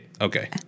Okay